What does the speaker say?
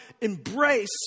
embrace